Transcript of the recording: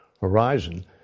horizon